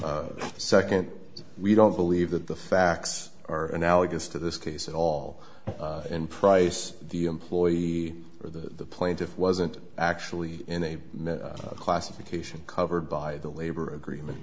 here second we don't believe that the facts are analogous to this case at all in price the employee or the plaintiff wasn't actually in a classification covered by the labor agreement